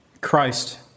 Christ